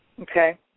Okay